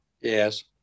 Yes